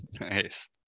nice